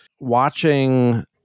watching